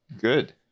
Good